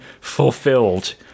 fulfilled